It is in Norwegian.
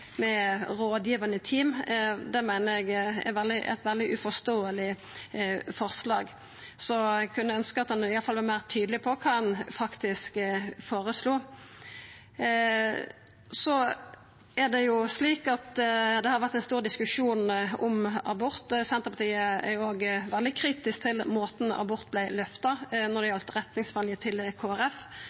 meiner eg er eit veldig uforståeleg forslag. Eg kunne ønskja at ein i alle fall var meir tydeleg på kva ein faktisk føreslår. Det er jo slik at det har vore ein stor diskusjon om abort. Senterpartiet er òg veldig kritisk til måten abort vart løfta fram på når det gjaldt retningsvalet til